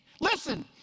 Listen